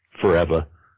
Forever